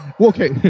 Okay